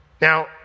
Now